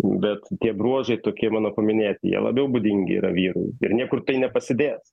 bet tie bruožai tokie mano paminėti jie labiau būdingi yra vyrų ir niekur nepasidės